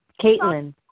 Caitlin